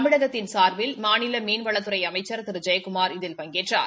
தமிழகத்தின் சார்பில் மாநில மீன்வளத்துறை அமைச்சர் திரு டி ஜெயக்குமார் இதில் பங்கேற்றார்